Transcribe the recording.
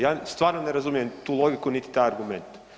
Ja stvarno ne razumijem tu logiku niti taj argument.